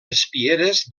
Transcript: espieres